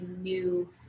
new